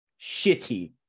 shitty